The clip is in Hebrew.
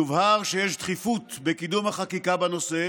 יובהר שיש דחיפות בקידום החקיקה בנושא,